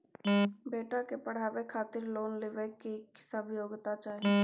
बेटा के पढाबै खातिर लोन लेबै के की सब योग्यता चाही?